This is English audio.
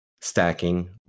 stacking